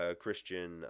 Christian